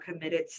committed